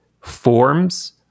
forms